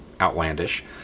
outlandish